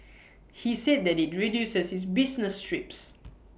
he said that IT reduces his business trips